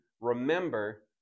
remember